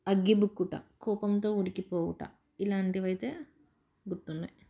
అగ్గి బుక్కుట కోపంతో ఉడికిపోవుట ఇలాంటివి అయితే గుర్తున్నాయి